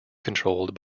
controlled